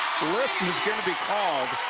going to be called